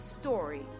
story